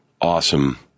awesome